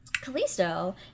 Callisto